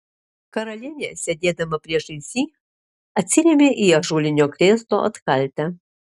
karalienė sėdėdama priešais jį atsirėmė į ąžuolinio krėslo atkaltę